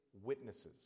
witnesses